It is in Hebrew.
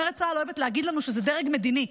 צמרת צה"ל אוהבת להגיד לנו שזה דרג מדיני.